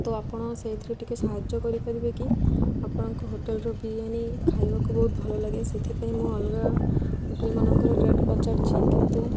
ତ ଆପଣ ସେଇଥିରେ ଟିକେ ସାହାଯ୍ୟ କରିପାରିବେ କି ଆପଣଙ୍କ ହୋଟେଲ୍ର ବିରିୟାନୀ ଗ ଖାଇବାକୁ ବହୁତ ଭଲ ଲାଗେ ସେଥିପାଇଁ ମୁଁ ଅଲଗା ହୋଟେଲ୍ ମାନଙ୍କର ରେଟ୍ ପଚାରିଛି କିନ୍ତୁ